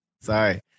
sorry